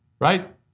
right